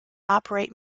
operate